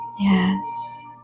Yes